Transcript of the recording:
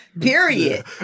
period